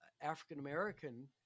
African-American